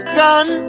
gun